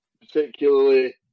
particularly